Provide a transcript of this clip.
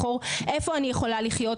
אנשים רבים לבחור איפה אני יכולה לחיות.